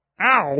Ow